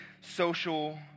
social